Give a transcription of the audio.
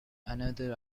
another